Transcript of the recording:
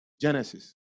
Genesis